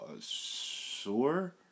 sure